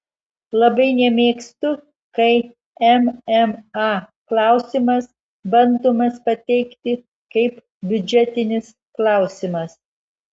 labai nemėgstu kai mma klausimas bandomas pateikti kaip biudžetinis klausimas